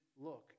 look